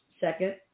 second